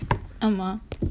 ஆமா:aamaa